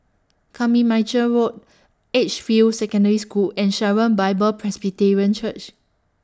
Carmichael Road Edgefield Secondary School and Sharon Bible Presbyterian Church